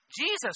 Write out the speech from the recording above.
Jesus